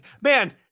Man